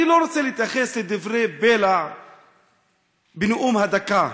אני לא רוצה להתייחס לדברי בלע בנאום בן דקה,